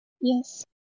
Yes